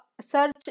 search